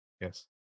Yes